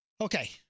Okay